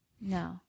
No